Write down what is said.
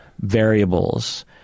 variables